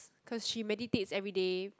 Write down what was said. cause she meditates everyday